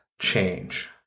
change